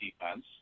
defense